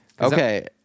Okay